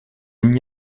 n’y